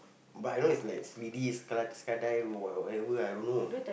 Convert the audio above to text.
but I know is like whatever I don't know